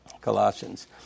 Colossians